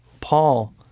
Paul